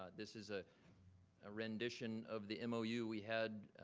this is a ah rendition of the mou we had,